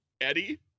Eddie